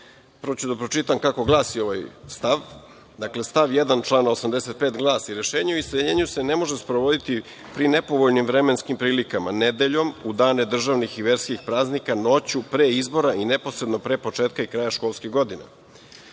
Prvo ću da pročitam kako glasi ovaj stav. Dakle, stav 1. člana 85. glasi – Rešenje o iseljenju se ne može sprovoditi pri nepovoljnim vremenskim prilikama, nedeljom, u dane državnih i verskih praznika, noću, pre izbora i neposredno pre početka i kraja školske godine. Naša